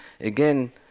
again